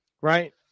right